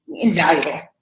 invaluable